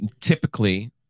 typically